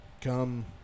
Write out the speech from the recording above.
come